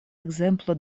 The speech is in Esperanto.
ekzemplo